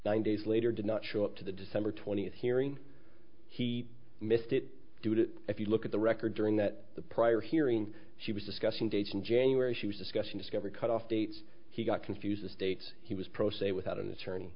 nine days later did not show up to the december twentieth hearing he missed it do it if you look at the record during that the prior hearing she was discussing dates in january she was discussing discovery cut off dates he got confused as states he was pro se without an attorney